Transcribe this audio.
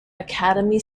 academy